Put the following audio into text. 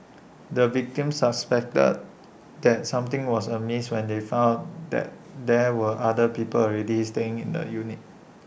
the victims suspected that something was amiss when they found that there were other people already staying in the unit